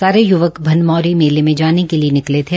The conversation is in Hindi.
सारे युवक बनभौरी मेले मे जाने के लिए निकले थे